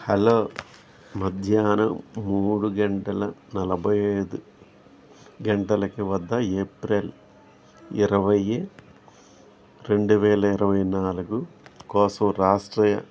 hello మధ్యాహ్నం మూడు గంటల నలభై ఐదు గంటలకి వద్ద ఏప్రిల్ ఇరవై రెండు వేల ఇరవై నాలుగు కోసం రాష్ట్రీయ